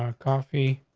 um coffee,